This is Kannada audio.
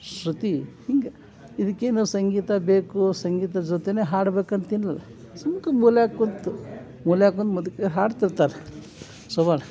ಶ್ರುತಿ ಹಿಂಗೆ ಇದಕ್ಕೇನೂ ಸಂಗೀತ ಬೇಕು ಸಂಗೀತ ಜೊತೆಯೇ ಹಾಡ್ಬೇಕಂತ ಏನಿಲ್ಲ ಸುಮ್ಕೆ ಮೂಲ್ಯಾಗ ಕುಂತು ಮೂಲ್ಯಾಗ ಕುಂತು ಮುದಕಿ ಹಾಡ್ತಿರ್ತಾರೆ ಶೋಭಾನ